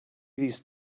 these